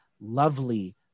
lovely